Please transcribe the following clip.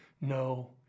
no